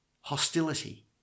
hostility